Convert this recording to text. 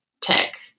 Tech